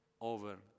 over